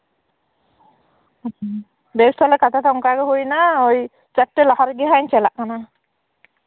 ᱵᱮᱥ ᱛᱟᱦᱞᱮ ᱠᱟᱛᱷᱟ ᱫᱚ ᱚᱱᱠᱟ ᱦᱩᱭᱮᱱᱟ ᱪᱟᱨᱴᱟ ᱞᱟᱦᱟ ᱨᱮᱜᱤᱧ ᱪᱟᱞᱟᱜ ᱠᱟᱱᱟ